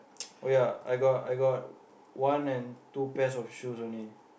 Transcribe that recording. oh ya I got I got one and two pairs of shoes only